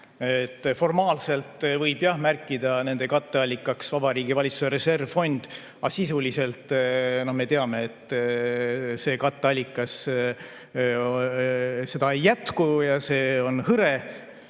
formaalselt jah märkida katteallikaks Vabariigi Valitsuse reservfond, aga sisuliselt me teame, et seda katteallikat ei jätku ja see on hõre.